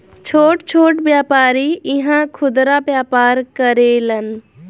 छोट छोट व्यापारी इहा खुदरा व्यापार करेलन